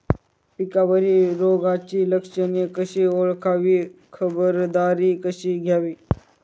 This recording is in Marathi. पिकावरील रोगाची लक्षणे कशी ओळखावी, खबरदारी कशी घ्यावी?